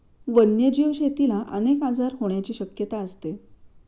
वन्यजीव शेतीला अनेक आजार होण्याची शक्यता असते